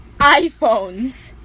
iPhones